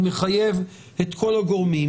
הוא מחייב את כל הגורמים.